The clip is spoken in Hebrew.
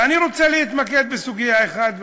ואני רוצה להתמקד בסוגיה אחת,